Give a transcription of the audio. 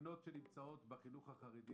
לבנות שנמצאות בחינוך החרדי